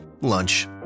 lunch